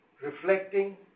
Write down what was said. reflecting